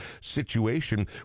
situation